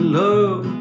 love